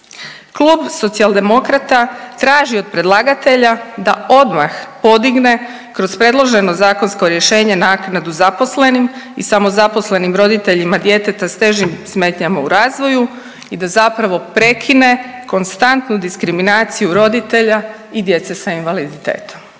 Klub Socijaldemokrata traži od predlagatelja da odmah podigne kroz predloženo zakonsko rješenje naknadu zaposlenim i samozaposlenim roditeljima djeteta s težim smetnjama u razvoju i da zapravo prekine konstantu diskriminaciju roditelja i djece sa invaliditetom.